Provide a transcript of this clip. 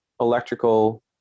electrical